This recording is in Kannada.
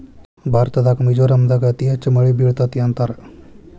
ಭಾರತದಾಗ ಮಿಜೋರಾಂ ದಾಗ ಅತಿ ಹೆಚ್ಚ ಮಳಿ ಬೇಳತತಿ ಅಂತಾರ